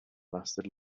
lasted